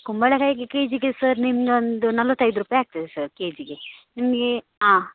ಕುಂಬಳಕಾಯಿಗೆ ಕೆಜಿಗೆ ಸರ್ ನಿಮಗೊಂದು ನಲ್ವತ್ತೈದು ರೂಪಾಯಿ ಆಗ್ತದೆ ಸರ್ ಕೆಜಿಗೆ ನಿಮಗೆ ಹಾಂ